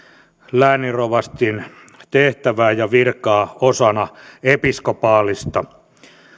lääninrovastin tehtävää ja virkaa osana episkopaalista